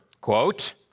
quote